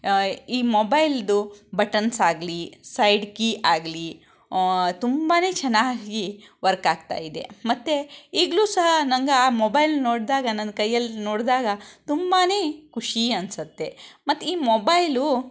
ಈ ಮೊಬೈಲ್ದು ಬಟನ್ಸ್ ಆಗಲಿ ಸೈಡ್ ಕೀ ಆಗಲಿ ತುಂಬ ಚೆನ್ನಾಗಿ ವರ್ಕ್ ಆಗ್ತಾ ಇದೆ ಮತ್ತು ಈಗಲೂ ಸಹ ನಂಗೆ ಆ ಮೊಬೈಲ್ ನೋಡಿದಾಗ ನನ್ನ ಕೈಯಲ್ಲಿ ನೋಡಿದಾಗ ತುಂಬಾ ಖುಷಿ ಅನಿಸತ್ತೆ ಮತ್ತು ಈ ಮೊಬೈಲು